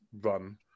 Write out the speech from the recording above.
run